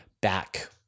back